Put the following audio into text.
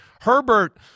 Herbert